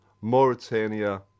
Mauritania